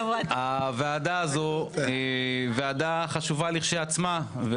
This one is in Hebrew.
הוועדה הזאת היא ועדה חשובה לכשעצמה.